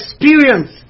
experience